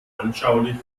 anschaulich